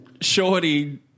Shorty